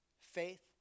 Faith